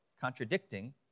contradicting